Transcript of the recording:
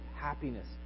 happiness